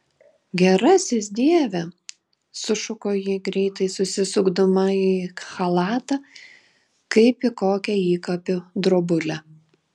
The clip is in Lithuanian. gerasis dieve sušuko ji greitai susisukdama į chalatą kaip į kokią įkapių drobulę